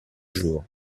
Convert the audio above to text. jour